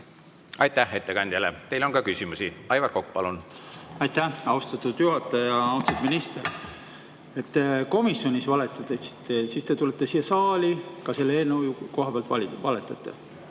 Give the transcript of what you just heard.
Aitäh ettekandjale! Teile on ka küsimusi. Aivar Kokk, palun! Aitäh, austatud juhataja! Austatud minister! Komisjonis te valetasite ja nüüd te tulete siia saali ning ka selle eelnõu koha pealt valetate.